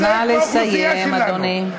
נא לסיים, אדוני.